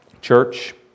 Church